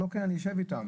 נשב,